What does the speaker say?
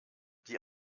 die